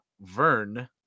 Vern